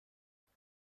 کردی